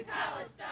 Palestine